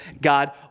God